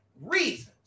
reasons